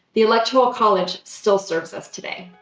the electoral college still serves us today.